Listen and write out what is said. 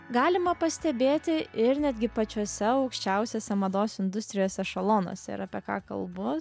galima pastebėti ir netgi pačiuose aukščiausiuose mados industrijos ešelonuose ir apie ką kalbu